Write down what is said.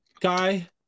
guy